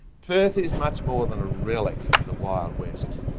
perth is much more than a relic of the wild west,